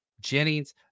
Jennings